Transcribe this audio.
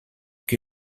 que